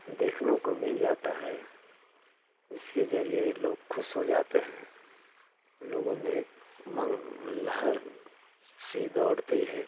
देखने को मिल जाता है इसके जरिए लोग खुश हो जाते हैं लोगों में मनोलहर सी दौड़ती है